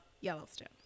Yellowstone